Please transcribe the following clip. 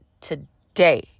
today